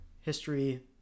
history